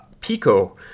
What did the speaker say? Pico